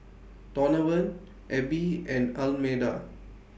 Donavan Abbie and Almeda